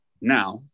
now